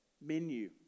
Menu